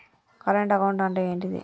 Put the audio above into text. Current account అంటే ఏంటిది?